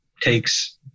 takes